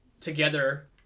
together